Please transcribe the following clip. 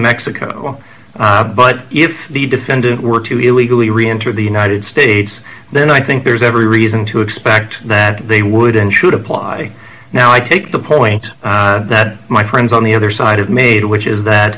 mexico but if the defendant were to illegally reenter the united states then i think there's every reason to expect that they would and should apply now i take the point that my friends on the other side have made which is that